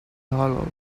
hollow